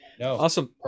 Awesome